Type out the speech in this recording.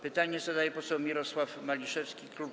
Pytanie zadaje poseł Mirosław Maliszewski, klub